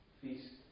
feast